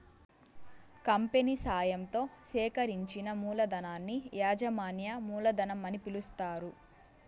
company సాయంతో సేకరించిన మూలధనాన్ని యాజమాన్య మూలధనం అని పిలుస్తారు